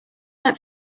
let